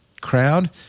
crowd